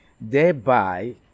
Thereby